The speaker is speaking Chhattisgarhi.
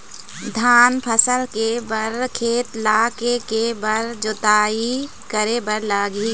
धान फसल के बर खेत ला के के बार जोताई करे बर लगही?